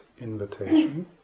invitation